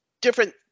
different